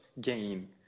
gain